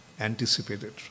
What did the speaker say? anticipated